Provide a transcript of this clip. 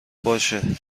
باشه